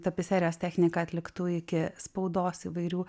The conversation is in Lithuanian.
tapiserijos technika atliktų iki spaudos įvairių